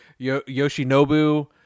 Yoshinobu